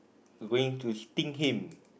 going to sting him